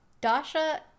Dasha